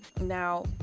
Now